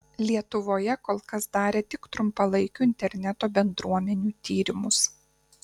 lietuvoje kol kas darė tik trumpalaikių interneto bendruomenių tyrimus